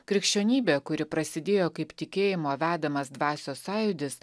krikščionybė kuri prasidėjo kaip tikėjimo vedamas dvasios sąjūdis